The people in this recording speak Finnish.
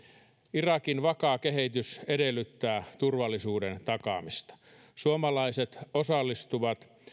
irakin vakaa kehitys edellyttää turvallisuuden takaamista suomalaiset osallistuvat